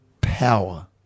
power